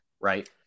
right